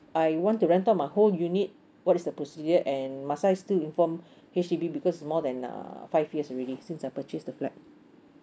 I want to rent out my whole unit what is the procedure and must I still inform H_D_B because more than uh five years already since I purchase the flat